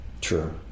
True